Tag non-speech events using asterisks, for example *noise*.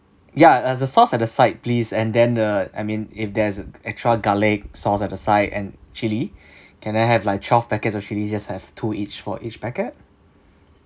ya uh the sauce at the side please and then the I mean if there's extra garlic sauce at the side and chilli *breath* can I have like twelve packets of chilli just have two each for each packet